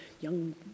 young